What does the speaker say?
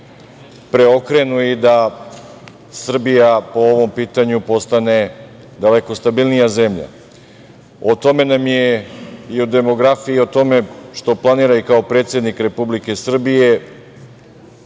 preokrenu i da Srbija po ovom pitanju postane daleko stabilnija zemlja.O tome nam je i o demografiji i tome što planira kao predsednik Republike Srbije